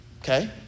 Okay